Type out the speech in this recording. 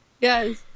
Yes